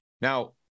Now